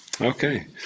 Okay